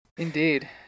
indeed